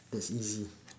that's easy